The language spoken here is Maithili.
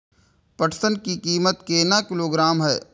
पटसन की कीमत केना किलोग्राम हय?